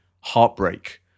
heartbreak